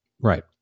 Right